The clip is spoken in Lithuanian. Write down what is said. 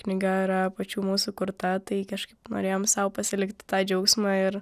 knyga yra pačių mūsų kurta tai kažkaip norėjom sau pasilikti tą džiaugsmą ir